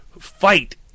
fight